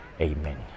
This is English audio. Amen